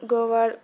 गोबर